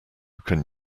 can